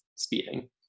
speeding